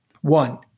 One